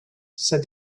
said